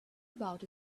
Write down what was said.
about